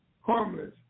harmless